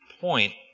point